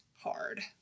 hard